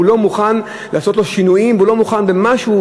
הוא לא מוכן לעשות שינויים והוא לא מוכן במשהו,